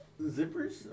Zippers